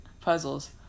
puzzles